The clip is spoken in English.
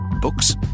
Books